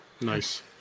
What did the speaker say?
Nice